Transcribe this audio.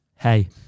hey